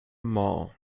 mall